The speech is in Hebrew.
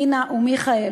רינה ומיכאל,